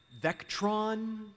Vectron